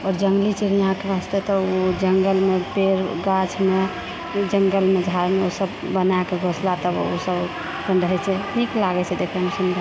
आओर जङ्गली चिड़ियाँके वास्ते तऽ ओ जङ्गलमे पेड़ गाछमे जङ्गलमे झाड़मे ओ सभ बनाकऽ घोंसला तऽ ओ सभ रहैत छै निक लागैत छै देखएमे